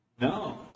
No